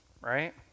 right